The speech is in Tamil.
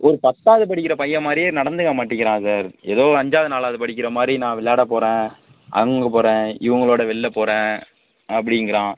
ஒரு பத்தாவது படிக்கிற பையன் மாதிரியே நடந்துக்க மாட்டிங்கிறான் சார் எதோ அஞ்சாவது நாலாவது படிக்கிற மாதிரி நான் விளையாட போறேன் அங்கே போறேன் இவங்களோட வெளில போறேன் அப்படிங்குறான்